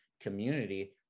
community